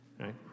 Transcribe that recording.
right